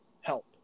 help